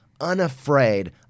unafraid